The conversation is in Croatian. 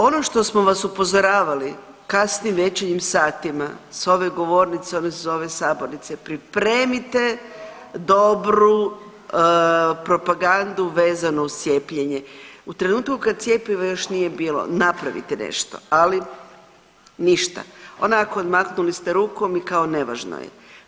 Ono što smo vas upozoravali u kasnim večernjim satima s ove govornice, ovo se zove sabornica, pripremite dobru propagandu vezanu uz cijepljenje, u trenutku kad cjepiva još nije bilo napravite nešto, ali ništa, onako odmahnuli ste rukom i kao nevažno je.